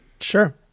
sure